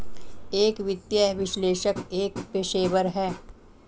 एक वित्तीय विश्लेषक एक पेशेवर है